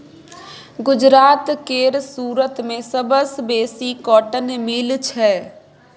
गुजरात केर सुरत मे सबसँ बेसी कॉटन मिल छै